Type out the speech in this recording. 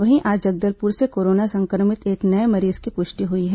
वहीं आज जगदलपुर से कोरोना संक्रमित एक नये मरीज की पुष्टि हुई है